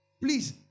Please